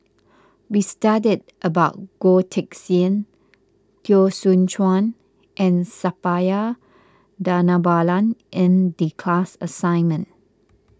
we studied about Goh Teck Sian Teo Soon Chuan and Suppiah Dhanabalan in the class assignment